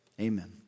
amen